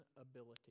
ability